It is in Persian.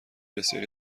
بسیاری